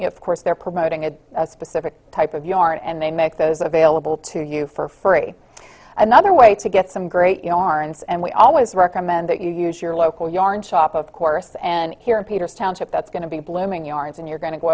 you know of course they're promoting a specific type of yarn and they make those available to you for free another way to get some great you know our ends and we always recommend that you use your local yarn shop of course and here in peter's township that's going to be blooming yarns and you're going to go